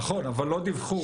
נכון אבל לא דיווחו.